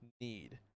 need